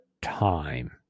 Time